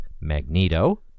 magneto